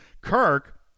Kirk